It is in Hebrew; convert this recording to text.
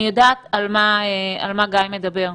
אני יודעת על מה גיא מדבר,